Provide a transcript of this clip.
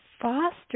foster